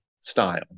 style